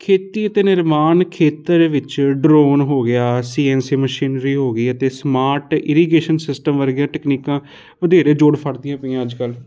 ਖੇਤੀ ਅਤੇ ਨਿਰਮਾਣ ਖੇਤਰ ਵਿੱਚ ਡਰੋਨ ਹੋ ਗਿਆ ਸੀ ਐਨ ਸੀ ਮਸ਼ੀਨਰੀ ਹੋ ਗਈ ਅਤੇ ਸਮਾਰਟ ਇਰੀਗੇਸ਼ਨ ਸਿਸਟਮ ਵਰਗੀਆਂ ਤਕਨੀਕਾਂ ਵਧੇਰੇ ਜੋੜ ਫੜਦੀਆਂ ਪਈਆਂ ਅੱਜ ਕੱਲ੍ਹ